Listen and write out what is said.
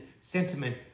sentiment